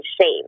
shame